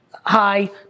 hi